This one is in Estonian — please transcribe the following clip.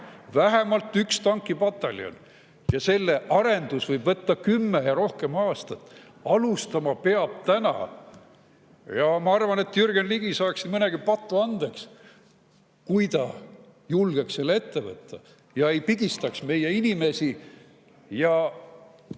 Vähemalt üks tankipataljon. Selle arendus võib võtta kümme ja rohkem aastat. Alustama peab täna. Ja ma arvan, et Jürgen Ligi saaks nii mõnegi patu andeks, kui ta julgeks selle ette võtta, ei pigistaks meie inimesi ega